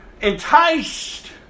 enticed